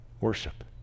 Worship